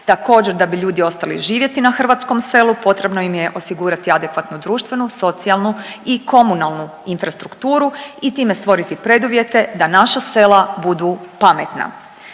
Također, da bi ljudi ostali živjeti na hrvatskom selu, potrebno im je osigurati adekvatnu društvenu, socijalnu i komunalnu infrastrukturu i time stvoriti preduvjete da naša sela budu pametna.